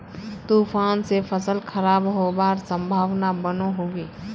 तूफान से फसल खराब होबार संभावना बनो होबे?